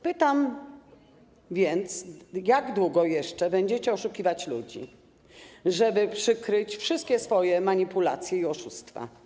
Pytam więc: Jak długo jeszcze będziecie oszukiwać ludzi, żeby przykryć wszystkie swoje manipulacje i oszustwa?